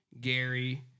Gary